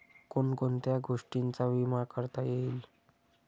कोण कोणत्या गोष्टींचा विमा करता येईल?